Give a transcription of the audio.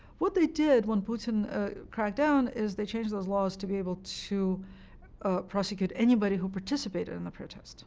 what they did, when putin cracked down, is they changed those laws to be able to prosecute anybody who participated in the protests